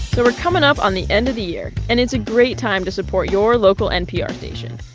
so we're coming up on the end of the year. and it's a great time to support your local npr station,